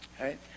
right